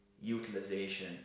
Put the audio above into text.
utilization